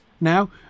now